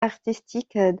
artistique